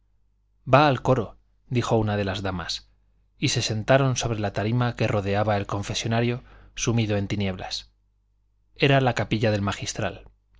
va al coro dijo una de las damas y se sentaron sobre la tarima que rodeaba el confesonario sumido en tinieblas era la capilla del magistral